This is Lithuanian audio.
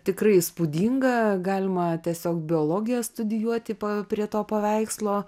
tikrai įspūdinga galima tiesiog biologiją studijuoti pa prie to paveikslo